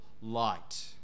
light